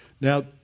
Now